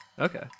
Okay